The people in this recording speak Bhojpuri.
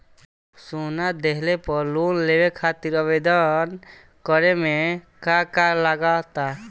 सोना दिहले पर लोन लेवे खातिर आवेदन करे म का का लगा तऽ?